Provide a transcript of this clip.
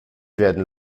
werden